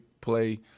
play